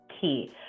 key